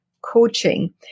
coaching